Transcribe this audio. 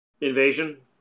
invasion